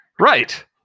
Right